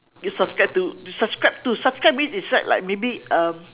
you subscribe to you subscribe to subscribe means it's like maybe um